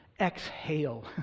exhale